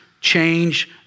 change